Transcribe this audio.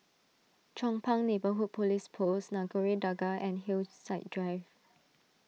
Chong Pang Neighbourhood Police Post Nagore Dargah and Hillside Drive